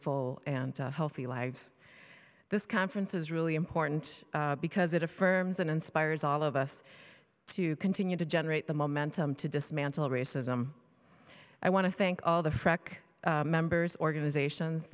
full and healthy lives this conference is really important because it affirms and inspires all of us to continue to generate the momentum to dismantle racism i want to thank all the frak members organizations